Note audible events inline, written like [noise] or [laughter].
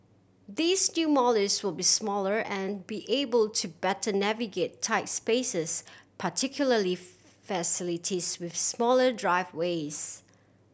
these new Mollies will be smaller and be able to better navigate tights spaces particularly [unintelligible] facilities with smaller driveways